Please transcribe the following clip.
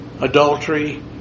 adultery